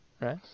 Right